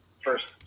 first